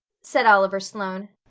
said oliver sloane.